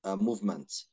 movement